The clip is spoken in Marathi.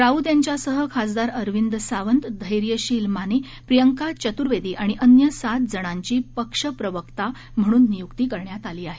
राऊत यांच्यासह खासदार अरविंद सावंत धैर्यशील माने प्रियंका चतुर्वेदी आणि अन्य सात जणांची पक्षप्रवक्ते म्हणून नियुक्ती करण्यात आली आहे